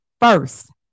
first